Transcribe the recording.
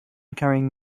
carrying